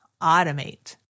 automate